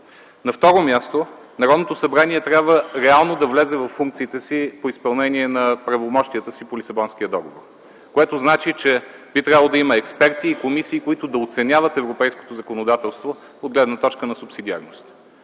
На второ място, Народното събрание трябва реално да влезе във функциите си по изпълнение на правомощията си по Лисабонския договор, което означава, че би трябвало да има експерти и комисии, които да оценяват европейското законодателство от гледна точка на субсидиарност.